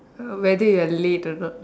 whether you are late or not